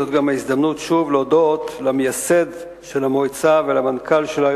זאת גם ההזדמנות להודות שוב למייסד של המועצה ולמנכ"ל שלה,